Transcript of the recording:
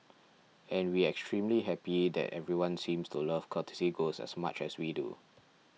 and we extremely happy that everyone seems to love Courtesy Ghost as much as we do